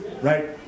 Right